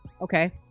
Okay